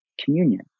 communion